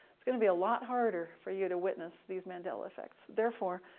it's gonna be a lot harder for you to witness these mandela effects. therefore,